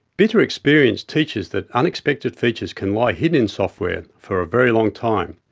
bitter experience teaches that unexpected features can lie hidden in software for a very long time,